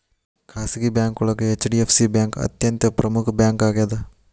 ಖಾಸಗಿ ಬ್ಯಾಂಕೋಳಗ ಹೆಚ್.ಡಿ.ಎಫ್.ಸಿ ಬ್ಯಾಂಕ್ ಅತ್ಯಂತ ಪ್ರಮುಖ್ ಬ್ಯಾಂಕಾಗ್ಯದ